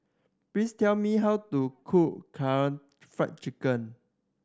please tell me how to cook Fried Chicken